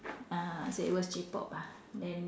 ah so it was J-pop ah then